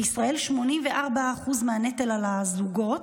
בישראל 84% מהנטל הוא על הזוגות.